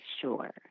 Sure